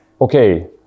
Okay